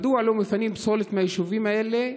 1. מדוע לא מפנים פסולת מהיישובים האלה?